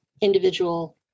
individual